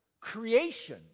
creation